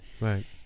right